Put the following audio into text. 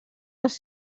els